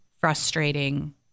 frustrating